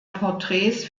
porträts